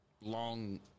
long –